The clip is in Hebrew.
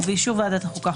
ובאישור ועדת החוקה,